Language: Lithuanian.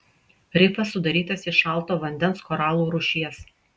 rifas sudarytas iš šalto vandens koralų rūšies